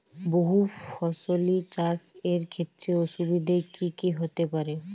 বহু ফসলী চাষ এর ক্ষেত্রে অসুবিধে কী কী হতে পারে?